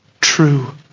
true